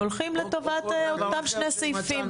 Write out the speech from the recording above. הולכים לטובת אותם שני סעיפים.